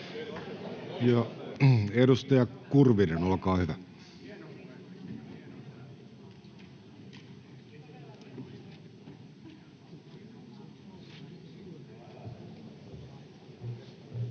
Edustaja Diarra, olkaa hyvä.